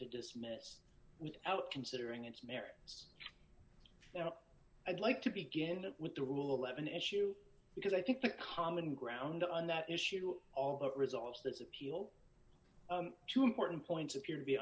to dismiss without considering its merits now i'd like to begin with the rule eleven issue because i think the common ground on that issue although it resolves this appeal to important points appear to be